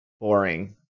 Boring